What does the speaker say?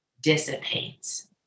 dissipates